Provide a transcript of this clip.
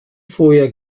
foje